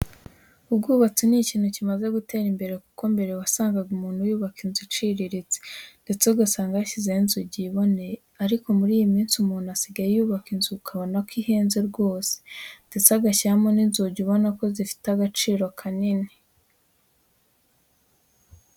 Ubwubatsi ni ikintu kimaze gutera imbere kuko mbere wasangaga umuntu yubaka inzu iciriritse, ndetse ugasanga yashyizeho inzugi yiboneye ariko muri iyi minsi umuntu asigaye yubaka inzu ukabona ko ihenze rwose ndetse agashyiramo n'inzugi ubona ko zifite agaciro kanini.